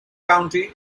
county